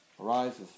arises